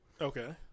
Okay